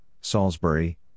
Salisbury